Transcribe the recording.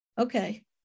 Okay